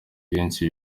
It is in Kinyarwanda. henshi